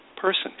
person